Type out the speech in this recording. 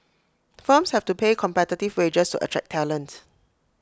firms have to pay competitive wages to attract talent